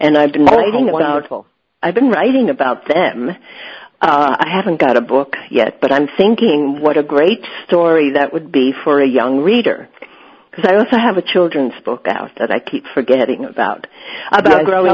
and i've been writing about all i've been writing about them i haven't got a book yet but i'm thinking what a great story that would be for a young reader because i also have a children's book out that i keep forgetting about about growing